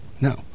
No